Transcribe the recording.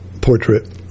portrait